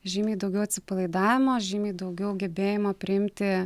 žymiai daugiau atsipalaidavimo žymiai daugiau gebėjimo priimti